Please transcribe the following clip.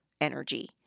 energy